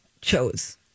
chose